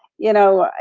you know,